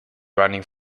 running